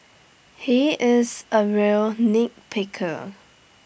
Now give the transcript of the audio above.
he is A real nitpicker